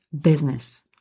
business